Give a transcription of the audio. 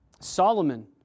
Solomon